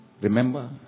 Remember